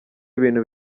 ibintu